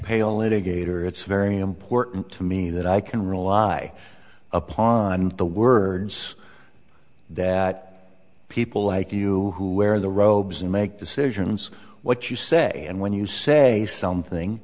a gator it's very important to me that i can rely upon the words that people like you who wear the robes and make decisions what you say and when you say something